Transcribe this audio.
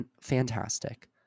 fantastic